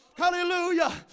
Hallelujah